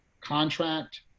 contract